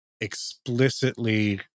explicitly